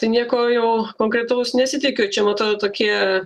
tai nieko konkretaus nesitikiu čia matai tokie